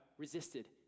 resisted